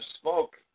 smoke